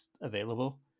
available